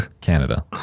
Canada